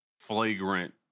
flagrant